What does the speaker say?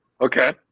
Okay